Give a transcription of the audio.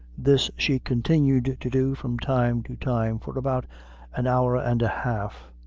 this she continued to do from time to time for about an hour and a half,